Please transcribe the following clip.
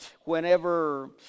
whenever